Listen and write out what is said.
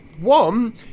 One